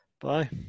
Bye